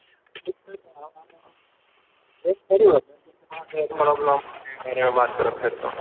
ठीक लेकिन आब अहाँ वेट करू आ दस दिनके बाद ई प्रॉब्लमके बारेमे बात करब फेरसँ